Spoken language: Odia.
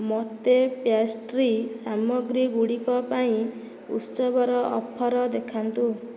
ମୋତେ ପ୍ୟାଷ୍ଟ୍ରି ସାମଗ୍ରୀଗୁଡ଼ିକ ପାଇଁ ଉତ୍ସବର ଅଫର୍ ଦେଖାନ୍ତୁ